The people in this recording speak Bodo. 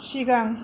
सिगां